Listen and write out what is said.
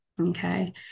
Okay